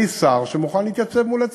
אני שר שמוכן להתייצב מול הציבור.